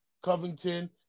Covington